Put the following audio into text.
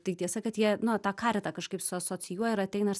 tai tiesa kad jie nu tą karitą kažkaip su asocijuoja ir ateina ir